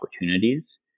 opportunities